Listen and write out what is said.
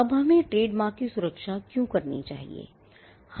अब हमें ट्रेडमार्क की सुरक्षा क्यों करनी चाहिए